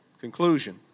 conclusion